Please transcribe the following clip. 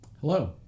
Hello